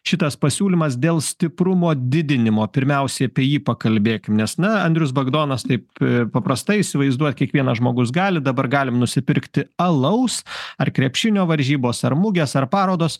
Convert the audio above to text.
šitas pasiūlymas dėl stiprumo didinimo pirmiausiai apie jį pakalbėkim nes na andrius bagdonas taip paprastai įsivaizduoja kiekvienas žmogus gali dabar galim nusipirkti alaus ar krepšinio varžybos ar mugės ar parodos